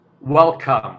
welcome